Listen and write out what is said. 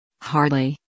Hardly